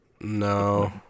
No